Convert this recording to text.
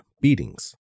beatings